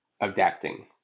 adapting